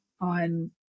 on